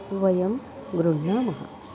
वयं गृह्णीमः